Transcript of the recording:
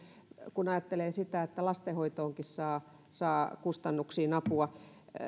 kun ajattelee sitä että lastenhoitoonkin saa saa kustannuksiin apua